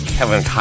Kevin